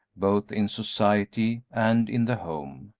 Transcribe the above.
both in society and in the home,